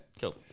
Cool